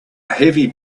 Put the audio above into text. heavy